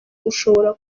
ushobora